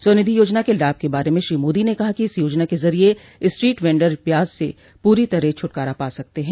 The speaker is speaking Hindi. स्वनिधि योजना के लाभ के बारे में श्री मोदी न कहा कि इस योजना के जरिए स्ट्रीट वेंडर ब्याज से पूरी तरह छूटकारा पा सकते हैं